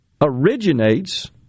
originates